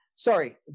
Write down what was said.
Sorry